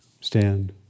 stand